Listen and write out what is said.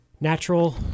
natural